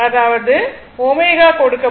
அதாவது ω கொடுக்கப்பட்டுள்ளது